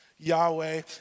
Yahweh